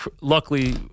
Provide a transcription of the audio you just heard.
luckily